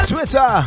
Twitter